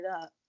up